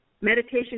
Meditation